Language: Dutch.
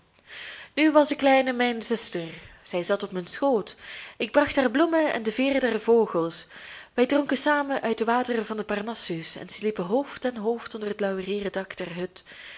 nu was de kleine mijn zuster zij zat op mijn schoot ik bracht haar bloemen en de veeren der vogels wij dronken samen uit de wateren van den parnassus en sliepen hoofd aan hoofd onder het laurieren dak der